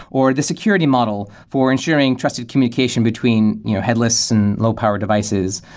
or the security model for ensuring trusted communication between headless and low-power devices,